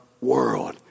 world